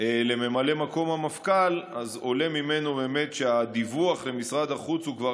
לממלא מקום המפכ"ל עולה שהדיווח למשרד החוץ הוא על